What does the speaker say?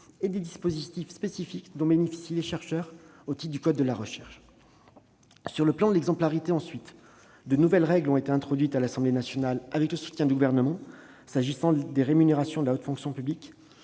et des dispositifs spécifiques dont bénéficient les chercheurs au titre du code de la recherche. En termes d'exemplarité, de nouvelles règles ont été introduites à l'Assemblée nationale, avec le soutien du Gouvernement, s'agissant des rémunérations de la haute fonction publique